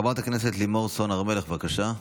חברת הכנסת לימור סון הר מלך, בבקשה.